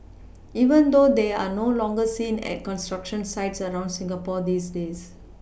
even though they are no longer seen at construction sites around Singapore these days